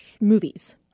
movies